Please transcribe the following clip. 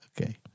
okay